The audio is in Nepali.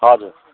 हजुर